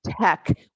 tech